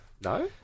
no